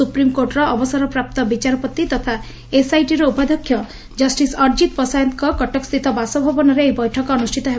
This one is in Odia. ସ୍ପ୍ରିମକୋର୍ଚର ଅବସରପ୍ରାପ୍ତ ବିଚାରପତି ତଥା ଏସଆଇଟିର ଉପାଧ୍ଧକ୍ଷ ଜଷ୍ଟିସ ଅରଜିତ ପଶାୟତଙ୍କ କଟକସ୍ତିତ ବାସଭବନରେ ଏହି ବୈଠକ ଅନୁଷିତ ହେବ